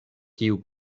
kiu